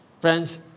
friends